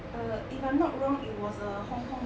err if I'm not wrong it was a hong kong